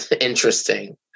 interesting